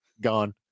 gone